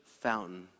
fountain